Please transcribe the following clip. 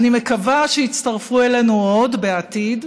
אני מקווה שיצטרפו אלינו עוד בעתיד,